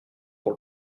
pour